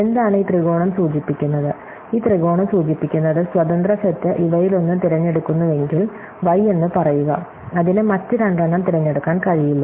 എന്താണ് ഈ ത്രികോണം സൂചിപ്പിക്കുന്നത് ഈ ത്രികോണം സൂചിപ്പിക്കുന്നത് സ്വതന്ത്ര സെറ്റ് ഇവയിലൊന്ന് തിരഞ്ഞെടുക്കുന്നുവെങ്കിൽ y എന്ന് പറയുക അതിന് മറ്റ് രണ്ടെണ്ണം തിരഞ്ഞെടുക്കാൻ കഴിയില്ല